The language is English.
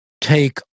take